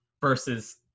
versus